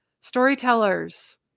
storytellers